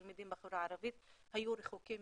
התלמידים מהחברה הערבית היו רחוקים